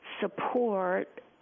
support